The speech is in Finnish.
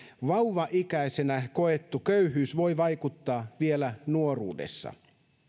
vauvaikäisenä koettu köyhyys voi vaikuttaa vielä nuoruudessa